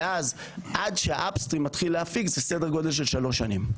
ואז עד --- מתחיל להפיק זה סדר גודל של שלוש שנים.